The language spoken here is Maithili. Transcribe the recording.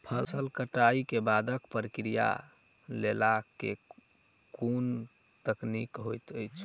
फसल कटाई केँ बादक प्रक्रिया लेल केँ कुन तकनीकी होइत अछि?